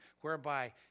whereby